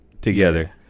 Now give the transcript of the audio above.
together